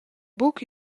buc